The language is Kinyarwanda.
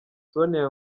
sonia